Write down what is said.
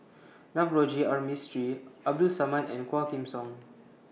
Navroji R Mistri Abdul Samad and Quah Kim Song